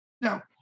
Now